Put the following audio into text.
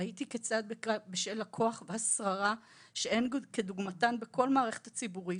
ראיתי כיצד בשל הכוח והשררה שאין כדוגמתן בכל המערכת הציבורית,